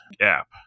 app